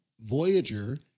Voyager